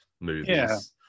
movies